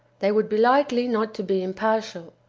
they would be likely not to be impartial.